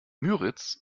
müritz